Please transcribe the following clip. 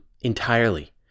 entirely